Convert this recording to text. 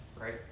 right